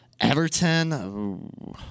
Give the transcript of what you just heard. Everton